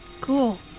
cool